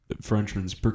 Frenchman's